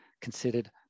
considered